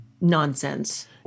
nonsense